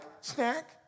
snack